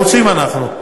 מרוצים אנחנו.